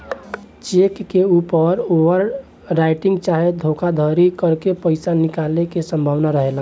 check के ऊपर overwriting चाहे धोखाधरी करके पईसा निकाले के संभावना रहेला